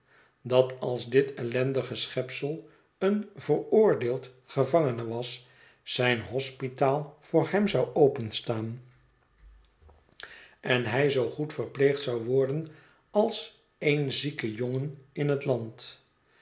dat als dit ellendige schepsel een veroordeeld gevangene was zijn hospitaal voor hem zou openstaan en hij zoo goed verpleegd zou worden als één zieke jongen in het land